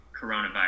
coronavirus